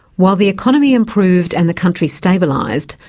while the economy improved and the country stabilised,